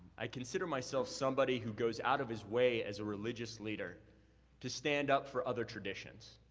i consider myself somebody who goes out of his way as a religious leader to stand up for other traditions.